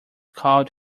called